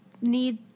need